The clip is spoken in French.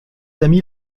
amis